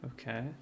Okay